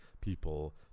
people